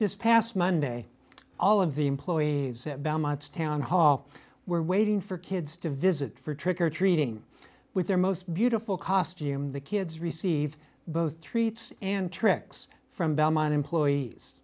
this past monday all of the employees at belle much town hall were waiting for kids to visit for trick or treating with their most beautiful cost human the kids receive both treats and tricks from belmont employees